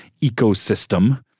ecosystem